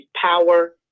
power